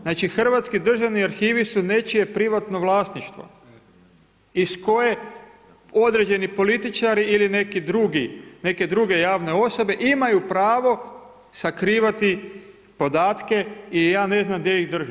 Znači Hrvatski državni arhivi su nečije privatno vlasništvo iz koje određeni političari ili neki drugi, neke druge javne osobe imaju pravo sakrivati podatke i ja ne znam gdje iz drže.